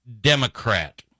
Democrat